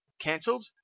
cancelled